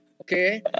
okay